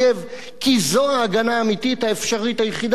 כי זו ההגנה האמיתית האפשרית היחידה במדינת ישראל,